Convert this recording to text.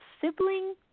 Sibling